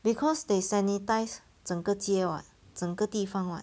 because they sanitise 整个街 [what] 整个地方 [what]